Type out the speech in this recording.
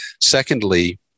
Secondly